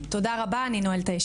תודה רבה, אני נועלת את הישיבה.